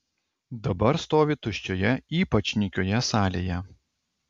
dabar stovi tuščioje ypač nykioje salėje